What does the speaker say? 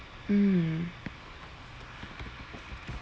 mm